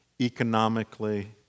economically